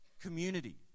community